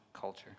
culture